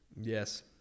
yes